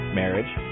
marriage